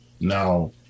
Now